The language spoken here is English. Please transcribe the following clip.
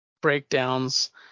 breakdowns